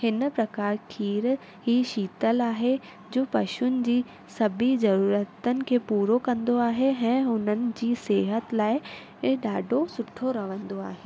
हिन प्रकार खीर ई शीतल आहे जो पशुअनि जी सभई ज़रूरतनि खे पूरो कंदो आहे ऐं हुननि जी सिहत लाइ ॾाढो सुठो रहंदो आहे